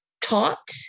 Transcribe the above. taught